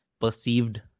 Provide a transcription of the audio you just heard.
perceived